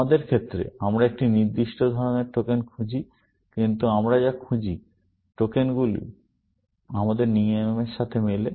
আমাদের ক্ষেত্রে আমরা একটি নির্দিষ্ট ধরণের টোকেন খুঁজছি কিন্তু আমরা যা খুঁজছি টোকেনগুলি আমাদের নিয়মের সাথে মেলে